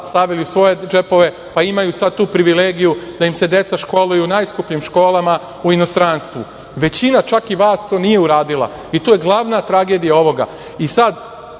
stavili u svoje džepove, pa imaju sad tu privilegiju da im se deca školuju najskupljim školama u inostranstvu. Većina čak i vas to nije uradila i to je glavna tragedija ovoga. Sada